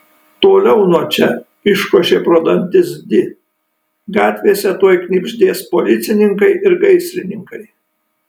toliau nuo čia iškošė pro dantis di gatvėse tuoj knibždės policininkai ir gaisrininkai